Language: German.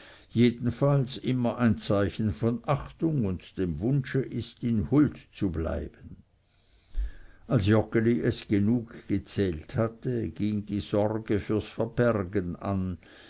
jedenfalls immer ein zeichen von achtung und dem wunsche ist in huld zu bleiben als joggeli es genug gezählt hatte ging die sorge für das verbergen an